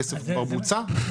הכסף כבר בוצע.